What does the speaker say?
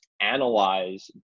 analyze